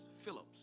Phillips